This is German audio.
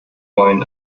wollen